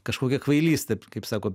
kažkokia kvailystė kaip sako